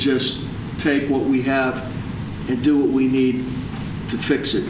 just take what we have to do we need to fix it